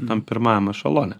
tam pirmajam ešelone